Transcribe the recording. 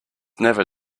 never